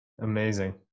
Amazing